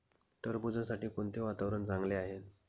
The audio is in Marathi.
टरबूजासाठी कोणते वातावरण चांगले आहे?